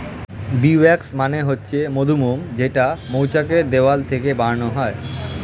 bee wax মানে হচ্ছে মধুমোম যেইটা মৌচাক এর দেওয়াল থেকে বানানো হয়